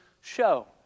show